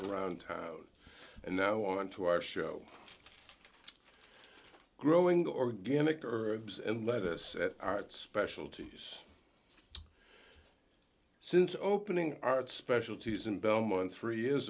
around town and now on to our show growing organic herbs and lettuce at art specialties since opening art specialties in belmont three years